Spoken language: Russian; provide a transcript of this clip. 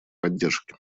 поддержки